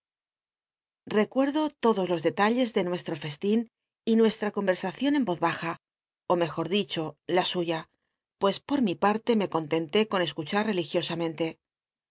llecuerdo todos lo detalles de nuesho ftstin y nuestra convcr acion en oz baja ó mejor dicho la suya pues por mi pa tte me con trnlé con escuchar acligiosamenle